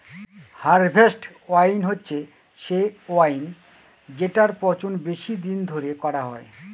harvest wine হচ্ছে সে wine যেটার পচন বেশি দিন ধরে করা হয়